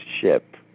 ship